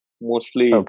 mostly